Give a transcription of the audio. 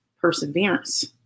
perseverance